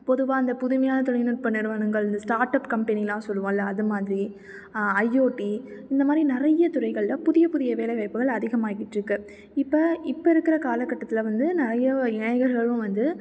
பொதுவாக இந்த புதுமையான தொழில்நுட்பம் நிறுவனங்கள் இந்த ஸ்டாட்அப் கம்பெனிலாம் சொல்லுவோமில்ல அது மாதிரி ஐஒடி இந்த மாதிரி நிறைய துறைகளில் புதிய புதிய வேலை வாய்ப்புகள் அதிகமாகிட்டிருக்கு இப்போ இப்போ இருக்கிற காலக்கட்டத்தில் வந்து நிறைய ஏழைகளும் வந்து